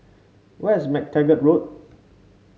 where is MacTaggart Road